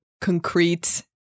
concrete